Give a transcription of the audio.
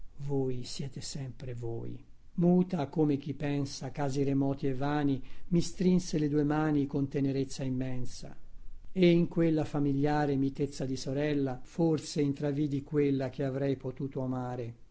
voi siete sempre voi muta come chi pensa casi remoti e vani mi strinse le due mani con tenerezza immensa e in quella famigliare mitezza di sorella forse intravidi quella che avrei potuto amare